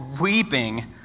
weeping